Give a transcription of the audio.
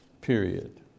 period